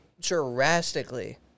drastically